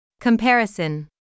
Comparison